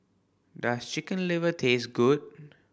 does Chicken Liver taste good